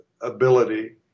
ability